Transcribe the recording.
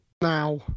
Now